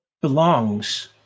belongs